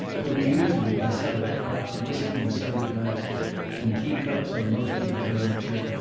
there were usually, by seven o'clock, whiskey-and-soda glasses and tea-cups on most of the furniture,